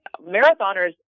marathoners